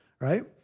right